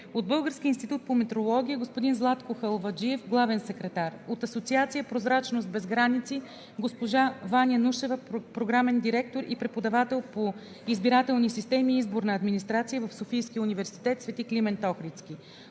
от Българския институт по метрология: господин Златко Халваджиев – главен секретар; от Асоциация „Прозрачност без граници“: госпожа Ваня Нушева – програмен директор и преподавател по Избирателни системи и изборна администрация в СУ „Свети Климент Охридски“;